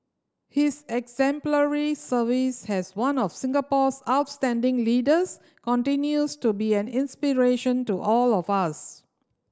his exemplary service has one of Singapore's outstanding leaders continues to be an inspiration to all of us